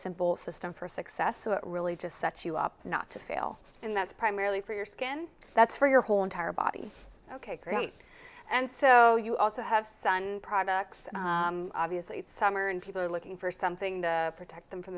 simple system for success so it really just such you up not to fail and that's primarily for your skin that's for your whole entire body ok great and so you also have sun products obviously summer and people are looking for something to protect them from